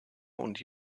und